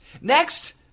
Next